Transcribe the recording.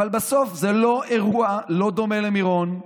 אבל בסוף זה לא אירוע שדומה למירון,